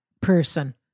person